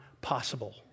possible